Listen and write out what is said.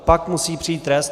Pak musí přijít trest.